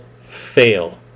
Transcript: fail